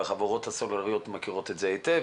החברות הסלולריות מכירות את זה היטב.